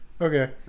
okay